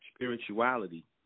Spirituality